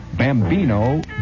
Bambino